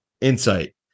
insight